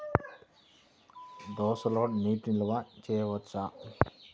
దోసలో నీటి నిల్వ చేయవచ్చా?